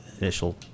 initial